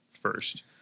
first